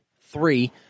Three